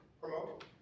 promote